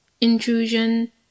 intrusion